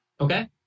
Okay